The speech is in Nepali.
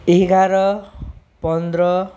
एघार पन्ध्र